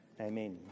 Amen